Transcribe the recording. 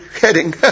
heading